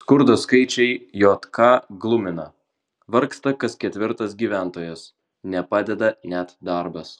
skurdo skaičiai jk glumina vargsta kas ketvirtas gyventojas nepadeda net darbas